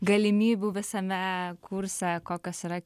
galimybių visame kurse kokios yra